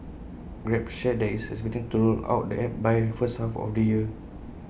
grab shared that IT is expecting to roll out the app by first half of the year